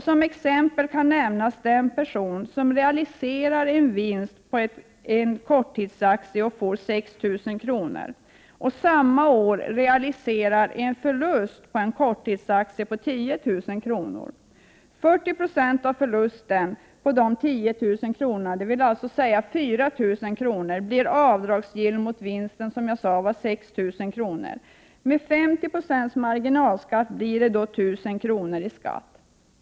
Som exempel kan nämnas den person som realiserar en vinst på en korttidsaktie och får 6 000 kr. Samma år realiserar vederbörande en förlust på en korttidsaktie på 10 000 kr. 40 96 av förlusten på de 10 000 kronorna, dvs. 4 000 kr., blir avdragsgill mot vinsten, som jag sade var 6 000 kr. Med 50 90 marginalskatt blir det 1 000 kr. i skatt.